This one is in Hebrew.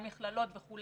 גם מכללות וכו'.